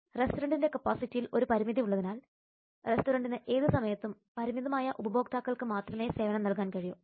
റെസ്റ്റോറന്റിന്റെ കപ്പാസിറ്റിയിൽ ഒരു പരിമിതി ഉള്ളതിനാൽ റെസ്റ്റോറന്റിന് ഏത് സമയത്തും പരിമിതമായ ഉപഭോക്താക്കൾക്ക് മാത്രമേ സേവനം നൽകാൻ കഴിയൂ